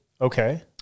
Okay